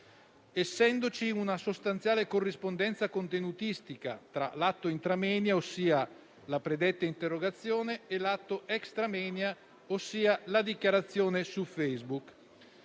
essendoci una sostanziale corrispondenza contenutistica tra l'atto *intra moenia*, ossia la predetta interrogazione, e l'atto *extra moenia*, ossia la dichiarazione su Facebook.